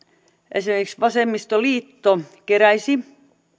esimerkiksi vasemmistoliitto keräisi